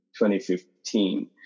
2015